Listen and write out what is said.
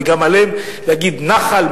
וגם עליהם להגיד: נח"ל,